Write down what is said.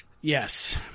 Yes